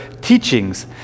teachings